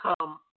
come